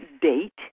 date